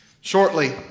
Shortly